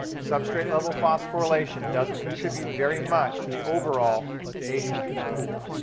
substrate-level phosphorylation doesn't contribute very much to the overall atp pool.